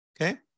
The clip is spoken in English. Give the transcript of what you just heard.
Okay